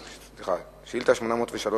שאילתא מס' 803,